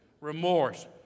remorse